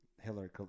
Hillary